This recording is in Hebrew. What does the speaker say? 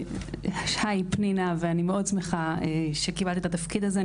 הי פנינה, אני מאוד שמחה שקיבלת את התפקיד הזה.